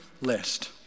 list